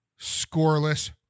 scoreless